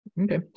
Okay